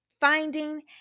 finding